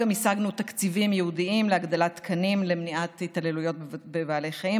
השגנו תקציבים ייעודיים להגדלת תקנים למניעת התעללות בבעלי חיים.